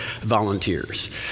volunteers